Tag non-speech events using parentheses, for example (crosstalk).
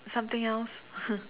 something else (laughs)